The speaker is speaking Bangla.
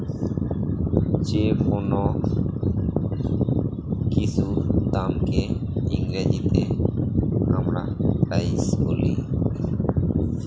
যেকোনো কিছুর দামকে ইংরেজিতে আমরা প্রাইস বলি